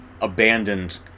abandoned